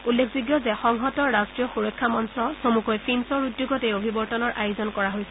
উল্লেখযোগ্য যে সংহত ৰট্টীয় সুৰক্ষা মঞ্চ চমুকৈ ফিনছৰ উদ্যোগত এই অভিৱৰ্তনৰ আয়োজন কৰা হৈছে